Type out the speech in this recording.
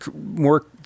more